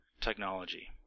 technology